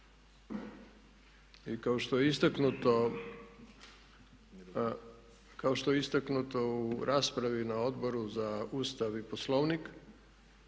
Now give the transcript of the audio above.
I kao što je istaknuto u raspravi na Odboru za Ustav i Poslovnik